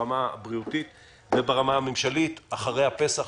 ברמה הבריאותית וברמה הממשלית אחרי הפסח,